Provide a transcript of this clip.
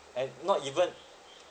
and not even